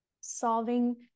solving